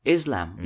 Islam